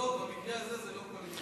במקרה הזה זה לא קואליציה ואופוזיציה.